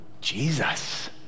Jesus